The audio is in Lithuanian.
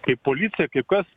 kaip policija kaip kas